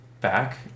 back